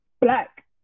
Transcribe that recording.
Black